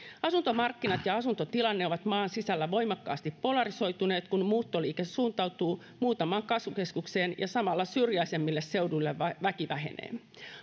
asuntomarkkinat ja asuntotilanne ovat maan sisällä voimakkaasti polarisoituneet kun muuttoliike suuntautuu muutamaan kasvukeskukseen ja samalla syrjäisemmillä seuduilla väki vähenee